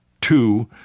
two